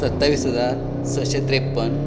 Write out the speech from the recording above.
सत्तावीस हजार सयशें त्रेप्पन